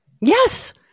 Yes